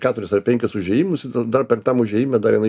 keturis ar penkis užėjimus dar penktam užėjime dar jinai